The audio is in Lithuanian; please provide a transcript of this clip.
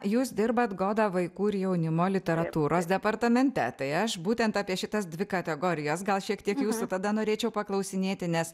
jūs dirbat goda vaikų ir jaunimo literatūros departamente tai aš būtent apie šitas dvi kategorijas gal šiek tiek jūsų tada norėčiau paklausinėti nes